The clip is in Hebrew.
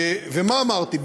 ומה אמרתי?